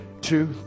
two